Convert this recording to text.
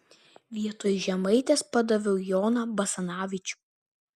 vietoj žemaitės padaviau joną basanavičių